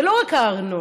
זה לא רק הארנונה.